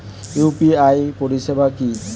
UPI পরিষেবা কি?